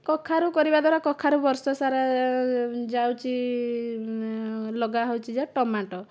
କଖାରୁ କରିବା ଦ୍ୱାରା କଖାରୁ ବର୍ଷସାରା ଯାଉଛି ଲଗା ହେଉଛି ଯାହା ଟମାଟୋ